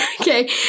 okay